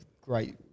great